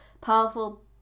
powerful